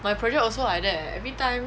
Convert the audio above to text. my project also like that eh every time